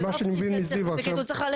מה שאני מבין מזיוה עכשיו.